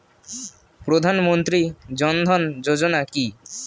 প্রধানমন্ত্রী জনধন যোজনা কি?